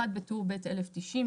בטור ב' - 1,090.